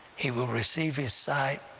he will receive his sight,